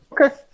Okay